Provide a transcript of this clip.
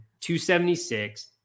276